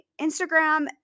Instagram